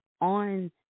on